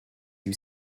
you